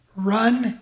Run